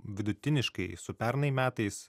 vidutiniškai su pernai metais